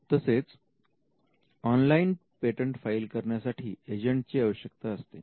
तसेच online patent file करण्यासाठी agent ची आवश्यकता असते